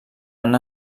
han